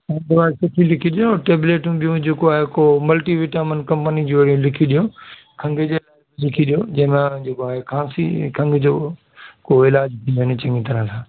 दवा सुठी लिखी ॾियो टेबलेटू बियूं जेको आहे जेको मल्टी विटामन कंपनी जूं वरी लिखी ॾियो खंघि जे लाइ बि लिखी ॾियो जंहिं मां जेको आहे खासी खंघि जो कोई इलाज़ थी वञे चङी तरह सां